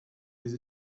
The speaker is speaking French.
des